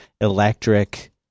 Electric